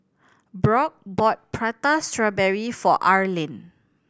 Brock bought Prata Strawberry for Arlen